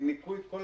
הלשכה